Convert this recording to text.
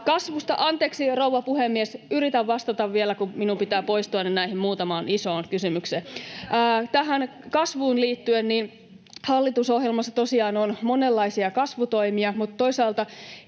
Anteeksi, rouva puhemies, yritän vastata vielä, kun minun pitää poistua, näihin muutamaan isoon kysymykseen. Tähän kasvuun liittyen hallitusohjelmassa tosiaan on monenlaisia kasvutoimia, mutta toisaalta